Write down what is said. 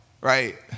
Right